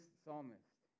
psalmist